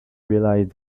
realise